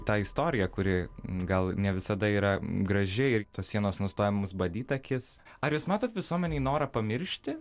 tą istoriją kuri gal ne visada yra graži ir tos sienos nustoja mums badyti akis ar jūs matot visuomenėje norą pamiršti